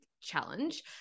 challenge